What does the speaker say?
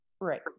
Right